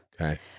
Okay